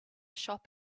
shop